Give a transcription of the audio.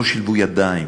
לא שילבו ידיים